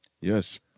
Yes